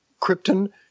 Krypton